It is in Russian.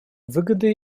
выгоды